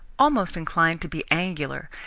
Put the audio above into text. almost inclined to be angular,